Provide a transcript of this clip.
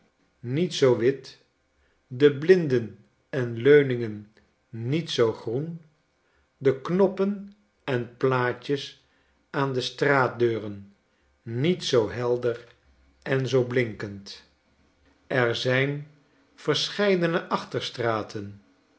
niet zoo wit de blinden en leuningen niet zoo groen de knoppen en plaatjes aan de straatdeuren niet zoo helder en zoo blinkend er zijn